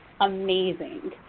amazing